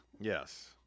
Yes